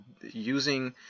using